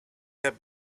that